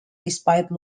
despite